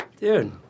dude